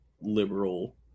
liberal